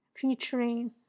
featuring